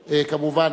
כמובן.